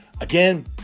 Again